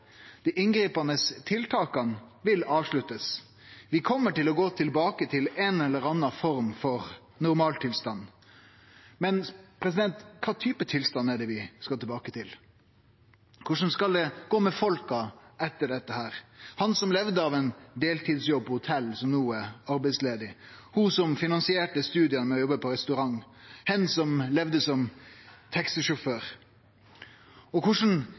Dei inngripande tiltaka vil bli avslutta. Vi kjem til å gå tilbake til ei eller anna form for normaltilstand. Men kva for type tilstand er det vi skal tilbake til? Korleis skal det gå med folka etter dette – han som levde av ein deltidsjobb på hotell, men som no er arbeidslaus, ho som finansierte studia ved å jobbe på restaurant, hen som levde som taxisjåfør? Og korleis